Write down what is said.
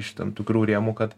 iš tam tikrų rėmų kad